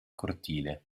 cortile